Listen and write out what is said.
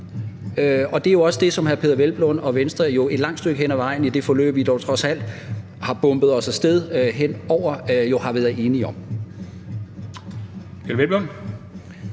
i. Det er jo også det, som hr. Peder Hvelplund og Venstre et langt stykke hen ad vejen i det forløb, vi dog trods alt har bombet os af sted hen over, har været enige om. Kl.